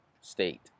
state